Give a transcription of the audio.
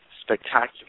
spectacular